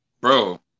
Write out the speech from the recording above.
Bro